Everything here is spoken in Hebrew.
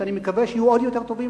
שאני מקווה שיהיו עוד יותר טובים,